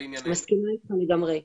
מסכימה איתך לגמרי.